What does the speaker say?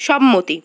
সম্মতি